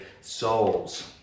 souls